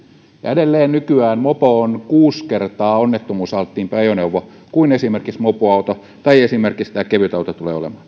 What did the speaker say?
edelleen nykyään mopo on kuusi kertaa onnettomuusalttiimpi ajoneuvo kuin esimerkiksi mopoauto tai esimerkiksi tämä kevytauto tulee olemaan